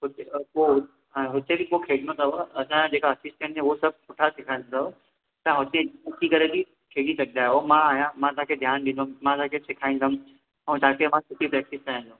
उते पो हाण हुते बि पो खेॾणु थव असाया जेका असिस्टंट जे थव हू सबि सुठा सेखारींदव तां उते अची करे बि खेॾी सघंदा अहियो मां आहियां मां तांखे ध्यान डींदमि मां तांखे सेखारींदमि अऊं तांखे मां सुठी प्रेक्टिस कराईंदमि